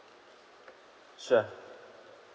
sure